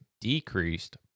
decreased